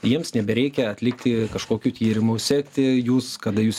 jiems nebereikia atlikti kažkokių tyrimų sekti jus kada jūs